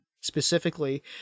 specifically